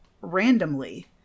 randomly